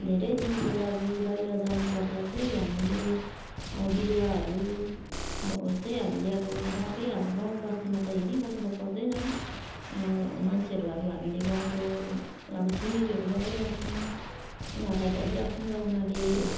धेरै दिनको लागि बाहिर जानुपर्दा चाहिँ हामीले बिरुवाहरू चाहिँ हामीले अब गाउँकै अब गाउँ बस्तीमा त हेरी बस्नु त पर्दैन ह मान्छेहरू अब हामीले गाउँको अब छिमेकीहरू लगाइरहेको छौँ उनीहरूलाई भनिरहेको छौँ र उनीहरूले